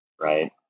Right